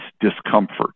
discomfort